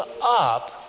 up